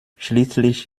schließlich